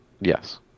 Yes